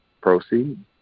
Proceed